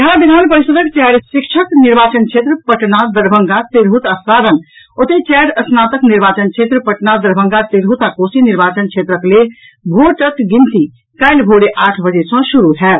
बिहार विधान परिषद्क चारि शिक्षक निर्वाचन क्षेत्र पटना दरभंगा तिरहुत आ सारण ओतहि चारि स्नातक निर्वाचन क्षेत्र पटना दरभंगा तिरहुत आ कोसी निर्वाचन क्षेत्रक लेल भोटक गिनती काल्हि भोरे आठ बजे सॅ शुरू होयत